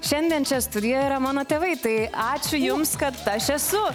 šiandien čia studijoje yra mano tėvai tai ačiū jums kad aš esu